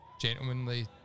gentlemanly